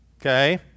Okay